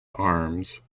arms